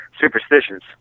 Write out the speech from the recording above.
superstitions